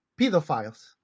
pedophiles